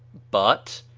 but,